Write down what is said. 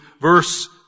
verse